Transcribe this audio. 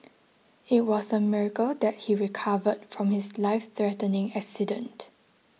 it was a miracle that he recovered from his life threatening accident